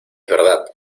verdad